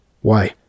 Why